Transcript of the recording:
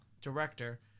director